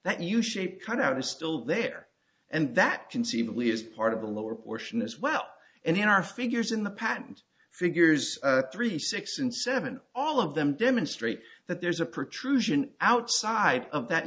that you shape cut out is still there and that conceivably is part of the lower portion as well and in our figures in the patent figures three six and seven all of them demonstrate that there's a pretrial outside of that